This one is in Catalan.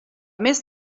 més